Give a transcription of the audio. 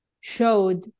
showed